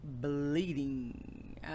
bleeding